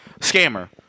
scammer